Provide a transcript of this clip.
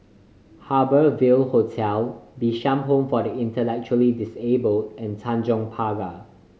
Harbour Ville Hotel Bishan Home for the Intellectually Disabled and Tanjong Pagar